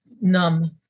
numb